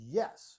yes